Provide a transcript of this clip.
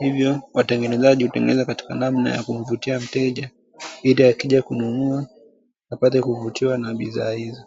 hivyo watengenezaji hutengeneza katika namna ya kumvutia mteja, ili akija kununua apate kuvutiwa na bidhaa hizo.